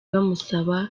bamusaba